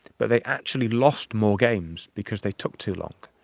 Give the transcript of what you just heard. but they actually lost more games because they took too long.